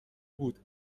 بود